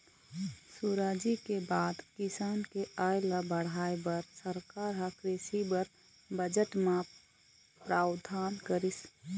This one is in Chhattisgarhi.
सुराजी के बाद किसान के आय ल बढ़ाय बर सरकार ह कृषि बर बजट म प्रावधान करिस